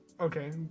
Okay